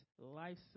life